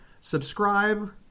subscribe